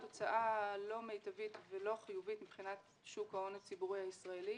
התוצאה לא מיטבית ולא חיובית מבחינת שוק ההון הציבורי הישראלי,